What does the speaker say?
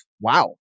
Wow